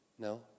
no